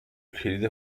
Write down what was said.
کلید